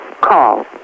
call